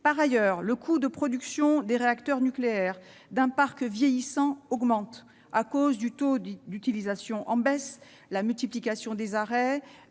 Par ailleurs, le coût de production des réacteurs nucléaires d'un parc vieillissant augmente du fait d'un taux d'utilisation en baisse, de la multiplication des arrêts,